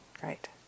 Great